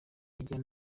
bagera